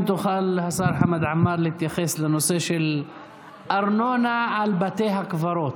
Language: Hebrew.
אם תוכל להתייחס לנושא של ארנונה על בתי הקברות.